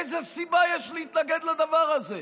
איזו סיבה יש להתנגד לדבר הזה?